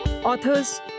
Authors